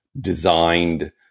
designed